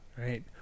Right